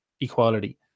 equality